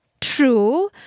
True